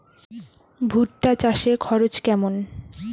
ভুট্টা চাষে খরচ কেমন?